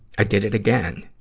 i did it again.